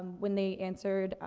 when they answered, ah,